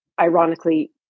Ironically